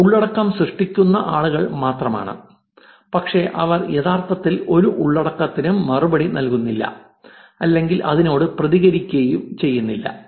അവർ ഉള്ളടക്കം സൃഷ്ടിക്കുന്ന ആളുകൾ മാത്രമാണ് പക്ഷേ അവർ യഥാർത്ഥത്തിൽ ഒരു ഉള്ളടക്കത്തിനും മറുപടി നൽകുന്നില്ല അല്ലെങ്കിൽ അതിനോട് പ്രതികരിക്കുകയോ ചെയ്യുന്നില്ല